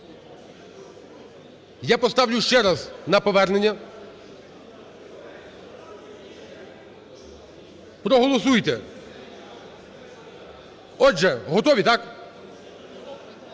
Я поставлю ще раз на повернення проголосуйте. Отже, готові, так?